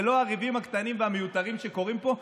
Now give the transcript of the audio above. ולא את הריבים הקטנים והמיותרים שקורים פה,